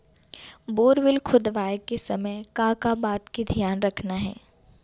Borewell खोदवाए के समय का का बात के धियान रखना हे?